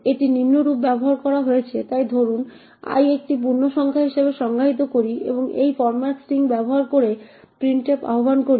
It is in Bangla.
এটি নিম্নরূপ ব্যবহার করা হয়েছে তাই ধরুন i একটি পূর্ণসংখ্যা হিসাবে সংজ্ঞায়িত করি এবং এই ফরম্যাট স্ট্রিং ব্যবহার করে প্রিন্টএফ আহ্বান করি